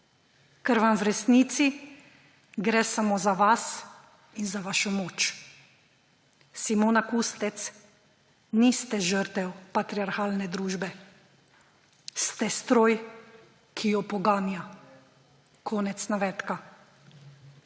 vam v resnici gre samo za vas in za vašo moč. Simona Kustec, niste žrtev patriarhalne družbe. Ste stroj, ki jo poganja.« Konec navedka.